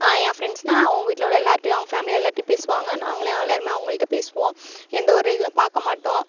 என் ஃப்ரெண்ட்ஸ்னால் அவங்க வீட்டில உள்ள எல்லாருகிட்டியும் அவங்க ஃபேம்லியில எல்லாருகிட்டியும் பேசுவாங்க நாங்களும் எல்லாருமே அவங்கள்ட்ட பேசுவோம் எந்த ஒரு இதுவும் பார்க்க மாட்டோம்